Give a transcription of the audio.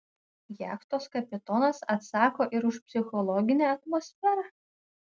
jachtos kapitonas atsako ir už psichologinę atmosferą